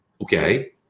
okay